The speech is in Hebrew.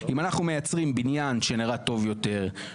אם אנחנו מייצרים בניין שנראה טוב יותר,